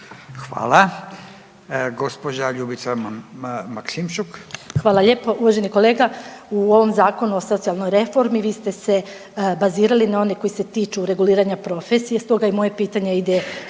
**Maksimčuk, Ljubica (HDZ)** Hvala lijepo. Uvaženi kolega, u ovom Zakonu o socijalnoj reformi vi ste se bazirali na one koji se tiču reguliranja profesije, stoga i moje pitanje ide